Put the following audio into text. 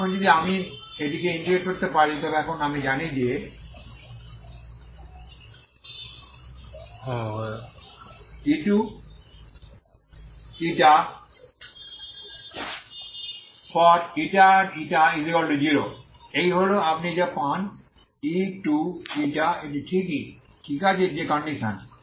এখন যদি আমি এটিকে ইন্টিগ্রেট করতে পারি তবে এখন আমি জানি যে〖u2ηη0 এই হল আপনি যা পান u2এটি একই ঠিক আছে যে কন্ডিশনস